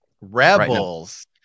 rebels